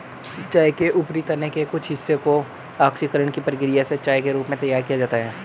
चाय के ऊपरी तने के कुछ हिस्से को ऑक्सीकरण की प्रक्रिया से चाय के रूप में तैयार किया जाता है